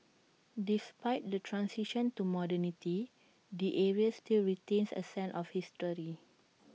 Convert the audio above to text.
despite the transition to modernity the area still retains A sense of history